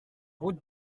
route